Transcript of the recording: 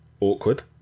Awkward